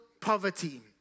poverty